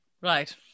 Right